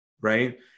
Right